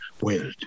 world